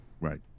right